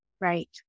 Right